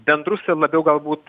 bendrus ir labiau galbūt